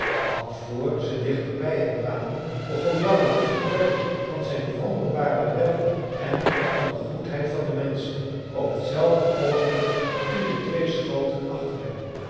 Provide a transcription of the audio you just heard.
al vr ze dichtbij hen kwamen begon jarro te vertellen van zijn wonderbare redding en van de goedheid van de menschen op hetzelfde oogenblik vielen twee schoten achter hem